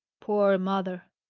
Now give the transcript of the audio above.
poor mother!